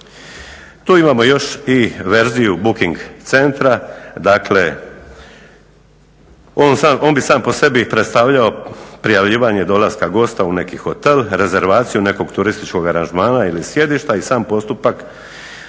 Tu imamo još i verziju booking centra, dakle on bi sam po sebi predstavljao prijavljivanje dolaska gosta u neki hotel, rezervaciju nekog turističkog aranžmana ili sjedišta i sam postupak